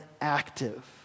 active